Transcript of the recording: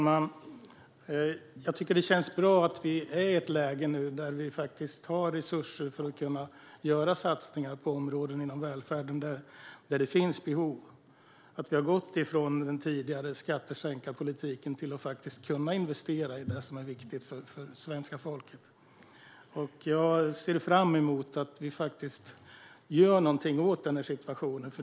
Fru talman! Jag tycker att det känns bra att vi nu är i ett läge där vi faktiskt har resurser för att kunna göra satsningar på områden inom välfärden där det finns behov och att vi har gått från den tidigare skattesänkarpolitiken till att faktiskt kunna investera i det som är viktigt för svenska folket. Jag ser fram emot att vi faktiskt gör någonting åt denna situation.